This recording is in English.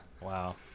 wow